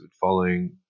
following